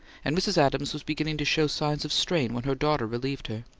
and mrs. adams was beginning to show signs of strain when her daughter relieved her.